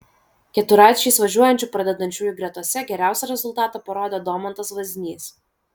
keturračiais važiuojančių pradedančiųjų gretose geriausią rezultatą parodė domantas vaznys